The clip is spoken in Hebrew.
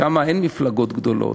שם אין מפלגות גדולות.